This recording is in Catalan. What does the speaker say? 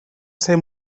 ser